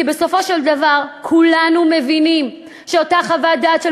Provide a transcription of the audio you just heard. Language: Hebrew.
בסופו של דבר כולנו מבינים שאותה חוות דעת של